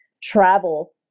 travel